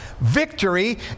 victory